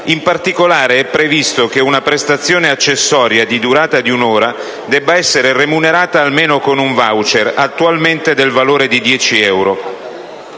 In particolare, è previsto che una prestazione accessoria di durata di un'ora debba essere remunerata almeno con un *voucher*, attualmente del valore di dieci euro.